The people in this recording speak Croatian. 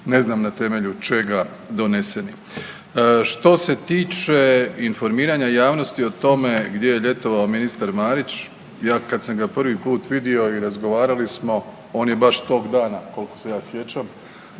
ne znam na temelju čega doneseni. Što se tiče informiranja javnosti o tome gdje je ljetovao ministar Marić, ja kad sam ga prvi put vidio i razgovarali smo, on je baš tog dana koliko se ja sjećam